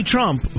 Trump